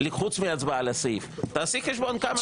בחלוקה, ההצבעות השמיות זה הכי חשוב לכם?